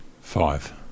Five